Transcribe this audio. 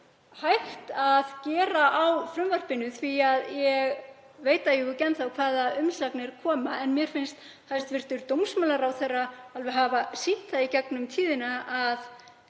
hægt að gera á frumvarpinu því að ég veit ekki enn þá hvaða umsagnir koma. En mér finnst hæstv. dómsmálaráðherra alveg hafa sýnt það í gegnum tíðina að